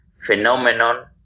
phenomenon